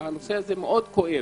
לכן הנושא הזה מאד כואב